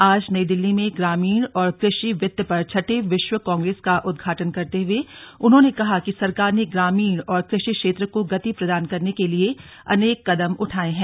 आज नई दिल्ली में ग्रामीण और कृषि वित्त पर छठें विश्व कांग्रेस का उद्घाटन करते हुए उन्होंने कहा कि सरकार ने ग्रामीण और कृषि क्षेत्र को गति प्रदान करने के लिए अनेक कदम उठाएं हैं